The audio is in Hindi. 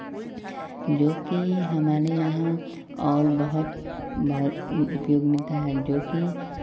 जो कि हमारे यहाँ और बहुत बहुत उपयोग मिलता है जो कि